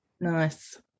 Nice